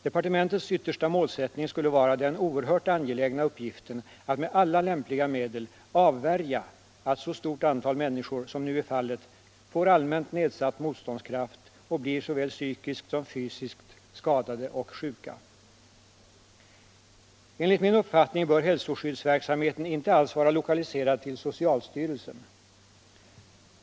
Departementets yttersta målsättning skulle vara den oerhört angelägna uppgiften att med alla lämpliga medel avvärja att så stort antal människor som nu är fallet får allmänt nedsatt motståndskraft och blir såväl psykiskt som fysiskt skadade och sjuka. Enligt min uppfattning bör hälsoskyddsverksamheten inte alls vara lokaliserad till socialstyrelsen.